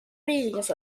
readings